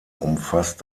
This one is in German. umfasst